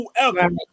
whoever